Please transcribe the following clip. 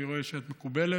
אני רואה שאת מקובלת,